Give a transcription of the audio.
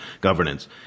governance